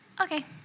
Okay